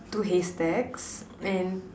two haystacks and